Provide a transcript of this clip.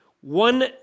One